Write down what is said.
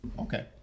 Okay